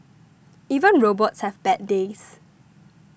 even robots have bad days